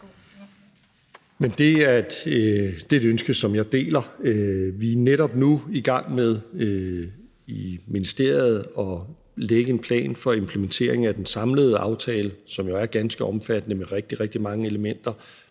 Men det er et ønske, som jeg deler. Vi er netop nu i ministeriet i gang med at lægge en plan for implementeringen af den samlede aftale, som jo er ganske omfattende med rigtig, rigtig mange elementer